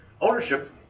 ownership